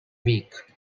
week